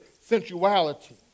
sensuality